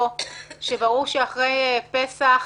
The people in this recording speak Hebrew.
שברור שאחרי פסח